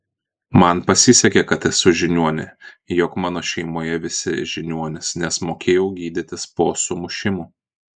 man pasisekė kad esu žiniuonė jog mano šeimoje visi žiniuonys nes mokėjau gydytis po sumušimų